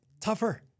tougher